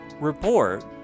report